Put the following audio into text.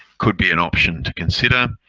could be an option to consider.